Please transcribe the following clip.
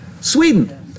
Sweden